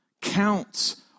counts